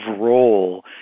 role